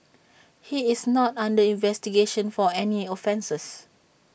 he is not under investigation for any offences